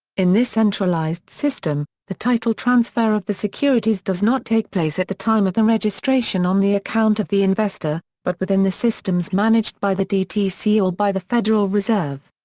in this centralised system, the title transfer of the securities does not take place at the time of the registration on the account of the investor, but within the systems managed by the dtc or by the federal reserve.